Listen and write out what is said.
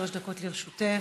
שלוש דקות לרשותך.